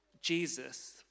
Jesus